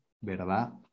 ¿verdad